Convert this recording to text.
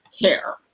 care